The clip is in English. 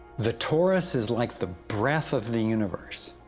the torus is like the breath of the universe,